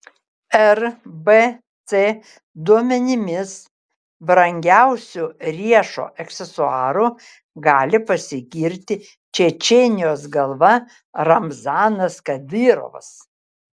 rbc duomenimis brangiausiu riešo aksesuaru gali pasigirti čečėnijos galva ramzanas kadyrovas